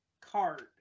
card